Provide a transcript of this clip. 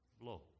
blow